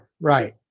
Right